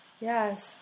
Yes